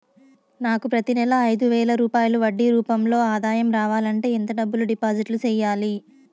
నాకు ప్రతి నెల ఐదు వేల రూపాయలు వడ్డీ రూపం లో ఆదాయం రావాలంటే ఎంత డబ్బులు డిపాజిట్లు సెయ్యాలి?